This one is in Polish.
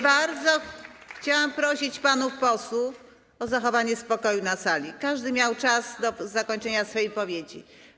Bardzo chciałam prosić panów posłów o zachowanie spokoju na sali, każdy miał czas do zakończenia swojej wypowiedzi.